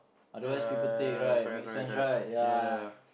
yeah yeah yeah yeah yeah correct correct correct yeah